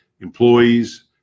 employees